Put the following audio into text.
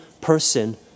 person